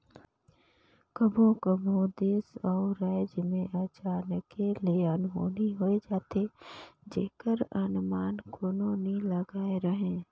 कभों कभों देस अउ राएज में अचानके ले अनहोनी होए जाथे जेकर अनमान कोनो नी लगाए रहें